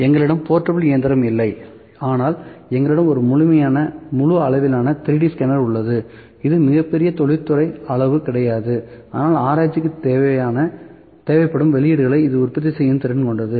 எங்களிடம் போர்ட்டபிள் இயந்திரம் இல்லை ஆனால் எங்களிடம் ஒரு முழு அளவிலான 3D ஸ்கேனர் உள்ளது இது மிகப் பெரிய தொழில்துறை அளவு கிடையாது ஆனால் ஆராய்ச்சிக்கு தேவைப்படும் வெளியீடுகளை இது உற்பத்தி செய்யும் திறன் கொண்டது